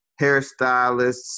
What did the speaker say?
hairstylists